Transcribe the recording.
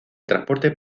transporte